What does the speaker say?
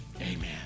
Amen